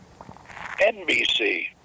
NBC